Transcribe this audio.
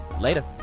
Later